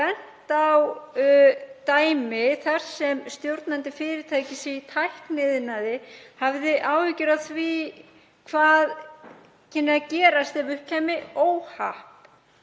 bent á dæmi þar sem stjórnandi fyrirtækis í tækniiðnaði hafði áhyggjur af því hvað kynni að gerast ef upp kæmi óhapp.